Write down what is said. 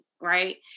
Right